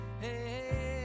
hey